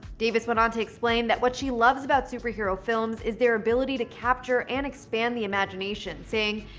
davis went on to explain that what she loves about superhero films is their ability to capture and expand the imagination, saying,